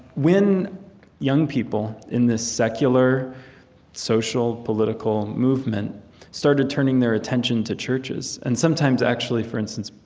when young people in this secular social political movement started turning their attention to churches, and sometimes, actually, for instance,